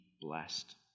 blessed